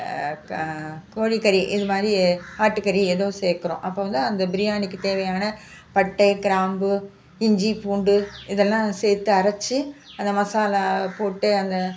க கோழிகறி இது மாதிரி ஆட்டுகறி ஏதோ சேர்க்குறோம் அப்போது வந்து அந்த பிரியாணிக்கு தேவையான பட்டை கிராம்பு இஞ்சி பூண்டு இதெல்லாம் சேர்த்து அரைச்சி அந்த மசாலா போட்டு அந்த